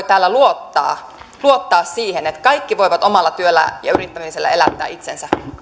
täällä luottaa luottaa siihen että kaikki voivat omalla työllä ja yrittämisellä elättää itsensä